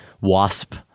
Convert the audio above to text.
WASP